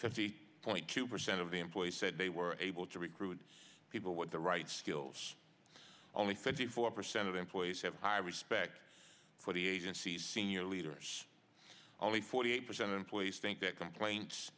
fifty point two percent of the employees said they were able to recruit people with the right skills only fifty four percent of employees have high respect for the agency's senior leaders only forty eight percent employees think that complaints